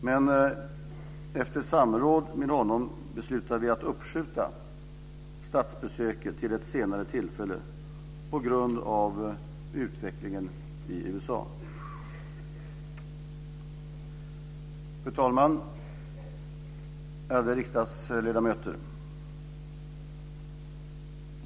Men efter samråd med honom beslutade vi att uppskjuta statsbesöket till ett senare tillfälle på grund av utvecklingen i USA. Fru talman! Ärade riksdagsledamöter!